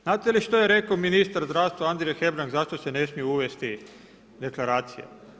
Znate li što je rekao ministar zdravstva Andrija Hebrang zašto se ne smiju uvesti deklaracije?